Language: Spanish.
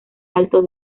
alto